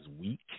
weak